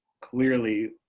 clearly